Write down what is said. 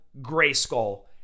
Grayskull